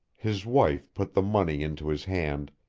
his wife put the money into his hand,